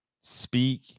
speak